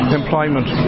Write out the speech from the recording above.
employment